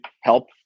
help